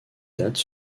dates